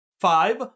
Five